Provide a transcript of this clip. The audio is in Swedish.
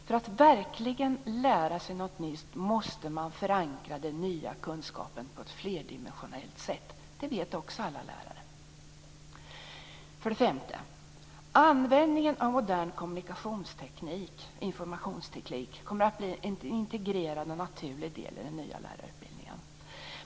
För att verkligen lära sig något nytt måste man förankra den nya kunskapen på ett flerdimensionellt sätt. Det vet också alla lärare. För det femte: Användningen av modern informationsteknik kommer att bli en integrerad och naturlig del i den nya lärarutbildningen.